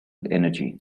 energy